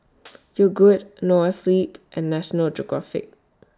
Yogood Noa Sleep and National Geographic